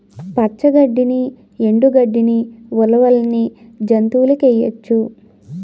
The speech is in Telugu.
పచ్చ గడ్డిని ఎండు గడ్డని ఉలవల్ని జంతువులకేయొచ్చు